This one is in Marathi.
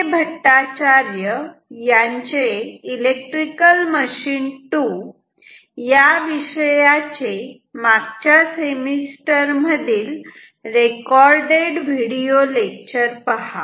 भट्टाचार्य यांचे इलेक्ट्रिकल मशीन 2 या विषयाचे मागच्या सेमिस्टर मधील रेकॉर्डेड व्हिडीओ लेक्चर पहा